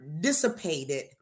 dissipated